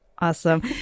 Awesome